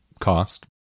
cost